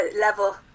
level